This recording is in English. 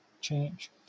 change